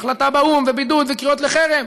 החלטה באו"ם ובידוד וקריאות לחרם.